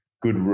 good